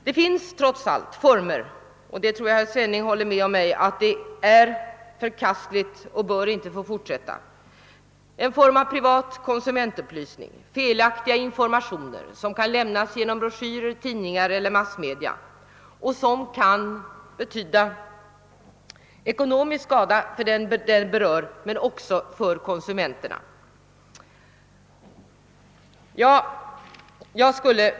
Det finns trots allt — här tror jag att herr Svenning håller med mig om att det är förkastligt och inte bör få fortsätta — en form av privat konsumentupplysning, felaktiga informationer som kan lämnas genom broschyrer, tidningar eller massmedia och som kan medföra ekonomisk skada för den det berör men också för konsumenterna.